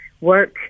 work